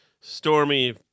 stormy